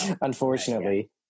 unfortunately